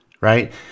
right